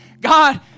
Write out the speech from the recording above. God